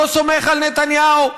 לא סומך על נתניהו,